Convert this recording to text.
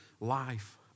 life